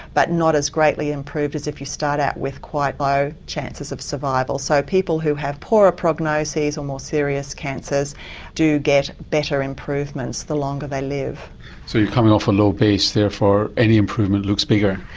but not as greatly improved as if you start out with quite low chances of survival. so people who have poorer prognoses or more serious cancers do get better improvements the longer they live. so you're coming off a low base, therefore any improvement looks bigger?